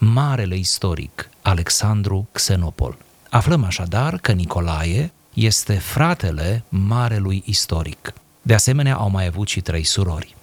marele istoric, Alexandru Xenopol. Aflăm așadar că Nicolae este fratele marelui istoric. De asemenea, au mai avut și trei surori.